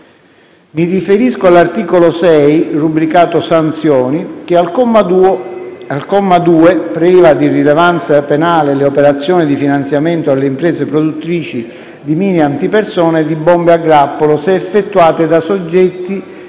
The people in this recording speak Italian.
Mi riferisco all'articolo 6, rubricato "sanzioni", che al comma 2 priva di rilevanza penale le operazioni di finanziamento alle imprese produttrici di mine antipersona e di bombe a grappolo, se effettuate da soggetti